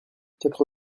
quatre